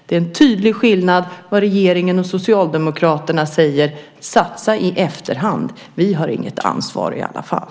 Det är en tydlig skillnad mot vad regeringen och Socialdemokraterna säger: Satsa i efterhand - vi har inget ansvar i alla fall!